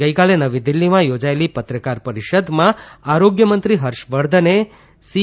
ગઇકાલે નવી દિલ્હીમાં યોજાયેલી પત્રકાર પરિષદમાં આરોગ્યમંત્રી હર્ષવર્ધને સી